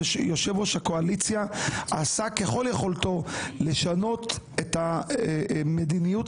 שיושב-ראש הקואליציה עשה ככל יכולתו לשנות את המדיניות